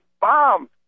bomb